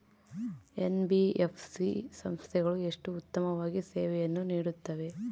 NBFC ಸಂಸ್ಥೆಗಳು ಎಷ್ಟು ಉತ್ತಮವಾಗಿ ಸೇವೆಯನ್ನು ನೇಡುತ್ತವೆ?